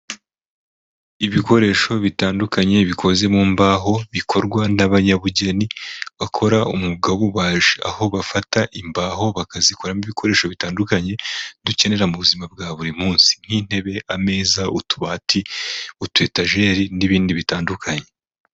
Ibikoresho bitandukanye bikoze mu mbaho, bikorwa n'abanyabugeni bakora umwuga w'ububaji, aho bafata imbaho bakazikoramo ibikoresho bitandukanye dukenera mu buzima bwa buri munsi nk'intebe, ameza, utubati, utu etajeri n'ibindi bitandukanye.